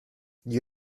gli